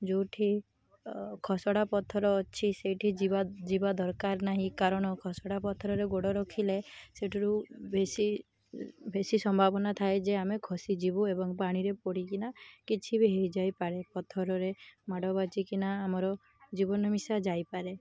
ଯେଉଁଠି ଖସଡ଼ା ପଥର ଅଛି ସେଇଠି ଯିବା ଯିବା ଦରକାର ନାହିଁ କାରଣ ଖସଡ଼ା ପଥରରେ ଗୋଡ଼ ରଖିଲେ ସେଠରୁ ବେଶୀ ବେଶୀ ସମ୍ଭାବନା ଥାଏ ଯେ ଆମେ ଖସି ଯିବୁ ଏବଂ ପାଣିରେ ପଡ଼ିକିନା କିଛି ବି ହେଇଯାଇପାରେ ପଥରରେ ମାଡ଼ ବାଜିକିନା ଆମର ଜୀବନ ମିିଶାଯାଇପାରେ